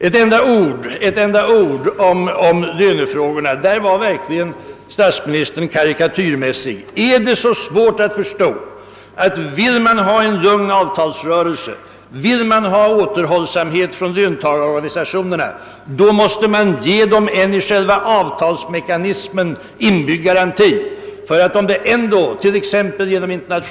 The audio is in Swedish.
Ett enda ord om lönéefrågorna. I det avsnittet var statsministern verkligen karikatyrmässig. Är det så svårt att förstå, att om man vill ha en lugn avtalsrörelse och om man vill ha återhållsamhet från löntagarorganisationerna, så måste man ge dem en i själva avtalsmekanismen inbyggd garanti för att de inte skall förlora på det.